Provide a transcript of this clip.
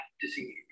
disease